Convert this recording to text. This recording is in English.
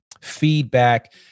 feedback